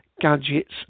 gadgets